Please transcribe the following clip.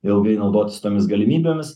ilgai naudotis tomis galimybėmis